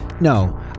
No